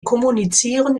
kommunizieren